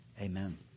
Amen